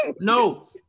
No